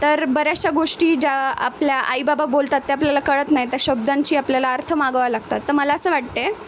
तर बऱ्याचशा गोष्टी ज्या आपल्या आईबाबा बोलतात त्या आपल्याला कळत नाही त्या शब्दांची आपल्याला अर्थ मागवावं लागतात तर मला असं वाटते